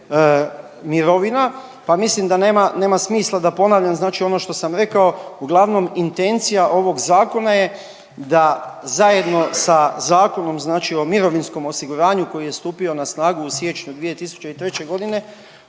mirovina, pa mislim da nema, nema smisla da ponavljam znači ono što sam rekao. Uglavnom, intencija ovog zakona je da zajedno sa Zakonom znači o mirovinskom osiguranju koji je stupio na snagu u siječnju 2003.g.